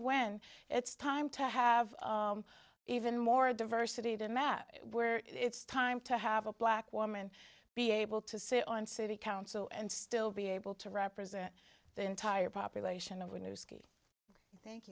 when it's time to have even more diversity than that where it's time to have a black woman be able to sit on city council and still be able to represent the entire population of a new ski thank